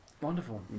Wonderful